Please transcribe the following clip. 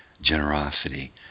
generosity